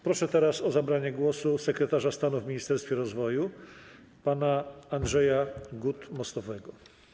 Proszę teraz o zabranie głosu sekretarza stanu w Ministerstwie Rozwoju pana Andrzeja Gut-Mostowego.